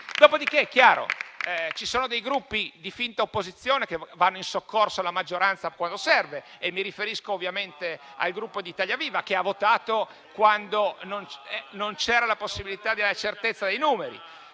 Dopodiché è chiaro che ci sono dei Gruppi di finta opposizione che vanno in soccorso alla maggioranza quando serve e mi riferisco ovviamente al Gruppo Italia Viva, che ha votato quando non c'era la certezza dei numeri